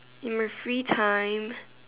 in my free time